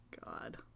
God